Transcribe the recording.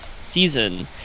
season